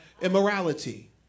immorality